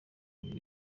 bahuje